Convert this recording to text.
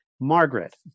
Margaret